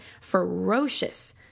ferocious